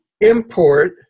import